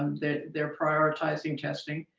they're they're prioritizing testing,